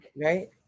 Right